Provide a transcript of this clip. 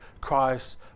Christ